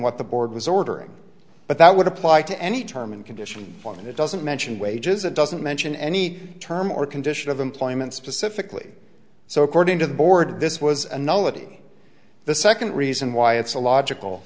what the board was ordering but that would apply to any term and condition one it doesn't mention wages it doesn't mention any term or condition of employment specifically so according to the board this was a null and the second reason why it's a logical